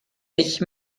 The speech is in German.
ich